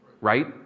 right